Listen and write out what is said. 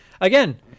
Again